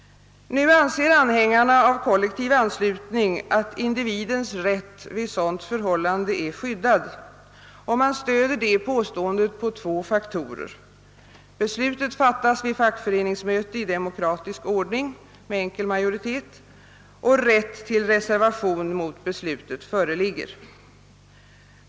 Nu anser anhängarna av kollektiv anslutning att individens rätt vid sådant förhållande är skyddad, och man stöder detta påstående på två faktorer: beslutet fattas vid fackföreningsmöte i demokratisk ordning med enkel majoritet och rätt till reservation mot beslutet föreligger.